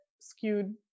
skewed